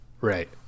Right